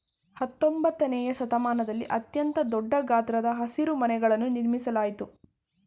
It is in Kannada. ಹತ್ತೊಂಬತ್ತನೆಯ ಶತಮಾನದಲ್ಲಿ ಅತ್ಯಂತ ದೊಡ್ಡ ಗಾತ್ರದ ಹಸಿರುಮನೆಗಳನ್ನು ನಿರ್ಮಿಸಲಾಯ್ತು